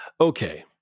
Okay